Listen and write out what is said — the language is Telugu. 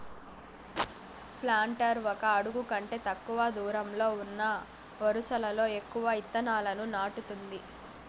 ప్లాంటర్ ఒక అడుగు కంటే తక్కువ దూరంలో ఉన్న వరుసలలో ఎక్కువ ఇత్తనాలను నాటుతుంది